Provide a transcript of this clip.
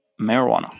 marijuana